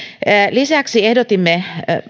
lisäksi ehdotimme